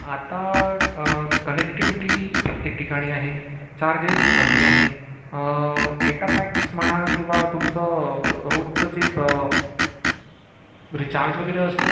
आता कनेक्टीव्हीटी प्रत्येक ठिकाणी आहे चार्जेस कमी आहे डेटा पॅक्स म्हणा किंवा तुमचं रोजचं जे रिचार्ज वगैरे असतं